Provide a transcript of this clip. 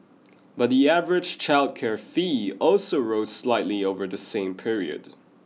but the average childcare fee also rose slightly over the same period